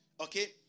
Okay